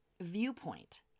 viewpoint